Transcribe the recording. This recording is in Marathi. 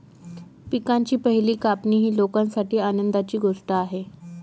पिकांची पहिली कापणी ही लोकांसाठी आनंदाची गोष्ट आहे